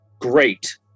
Great